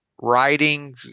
writing